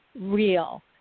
real